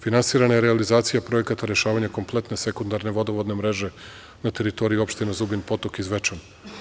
Finansirana je realizacija projekata rešavanja kompletne sekundarne vodovodne mreže na teritoriji opština Zubin Potok i Zvečan.